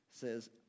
says